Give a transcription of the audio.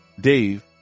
Dave